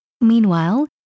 Meanwhile